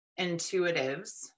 intuitives